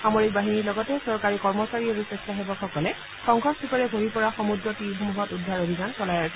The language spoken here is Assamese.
সামৰিক বাহিনীৰ লগতে চৰকাৰী কৰ্মচাৰী আৰু স্বেচ্ছাসেৱকসকলে ধবংসস্তূপেৰে ভৰি পৰা সমূদ্ৰ তীৰসমূহত উদ্ধাৰ অভিযান চলাই আছে